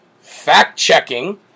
fact-checking